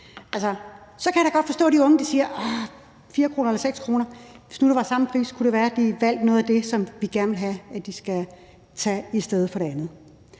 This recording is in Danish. Så kan jeg da godt forstå, at de unge siger: 4 kr. eller 6 kr.? Hvis det nu var den samme pris, kunne det være, at de valgte noget af det, som vi gerne vil have at de skal tage i stedet for det andet.